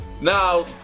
now